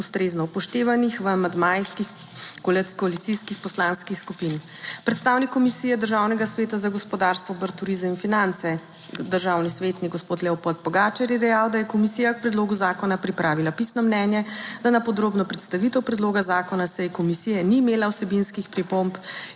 ustrezno upoštevanih v amandmajih koalicijskih poslanskih skupin. Predstavnik Komisije Državnega sveta za gospodarstvo, obrt, turizem in finance, državni svetnik gospod Leopod Pogačar je dejal, da je komisija k predlogu zakona pripravila pisno mnenje, da na podrobno predstavitev predloga zakona na seji komisije ni imela vsebinskih pripomb